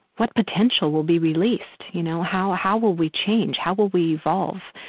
what potential will be released? you know, how how will we change? how will we evolve?